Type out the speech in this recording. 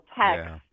text